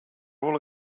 all